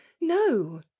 no